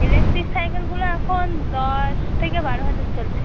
electric সাইকেলগুলো এখন দশ থেকে বারো হাজার চলছে